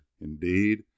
Indeed